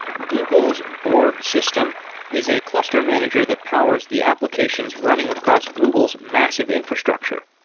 google's borg system is a cluster manager that powers the applications running across google's massive infrastructure.